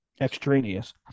extraneous